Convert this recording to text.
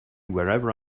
wherever